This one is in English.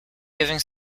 giving